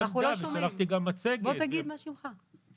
אני לא חושב שזה משקף את רוח הציבור הישראלי.